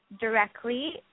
directly